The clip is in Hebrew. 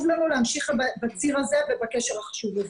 לנו להמשיך בציר הזה ובקשר החשוב הזה.